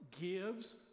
gives